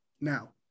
Now